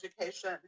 education